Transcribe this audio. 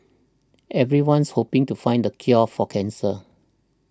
everyone's hoping to find the cure for cancer